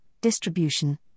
distribution